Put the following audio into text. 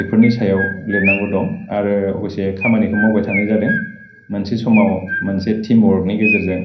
बेफोरनि सायाव लिरनांगौ दं आरो अबेसे खामानिखौ मावबाय थानाय जादों मोनसे समाव मोनसे टीमवर्कनि गेजेरजों